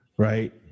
Right